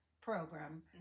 program